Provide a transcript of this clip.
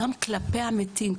גם כלפי המתים,